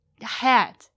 head